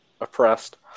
oppressed